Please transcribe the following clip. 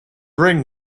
ring